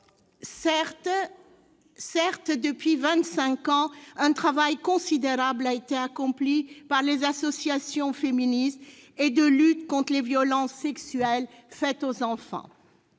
Certes, depuis vingt-cinq ans, un travail considérable a été accompli par les associations féministes et de lutte contre les violences sexuelles faites aux enfants.